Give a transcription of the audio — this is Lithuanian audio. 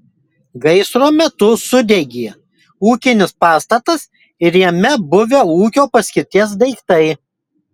gaisro metu sudegė ūkinis pastatas ir jame buvę ūkio paskirties daiktai